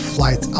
Flight